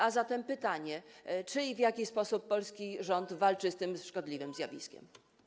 A zatem mam pytanie: Czy i w jaki sposób polski rząd walczy z tym szkodliwym zjawiskiem?